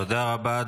תודה רבה.